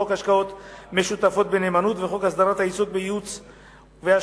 חוק השקעות משותפות בנאמנות וחוק הסדרת העיסוק בייעוץ השקעות,